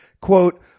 quote